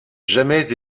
jamais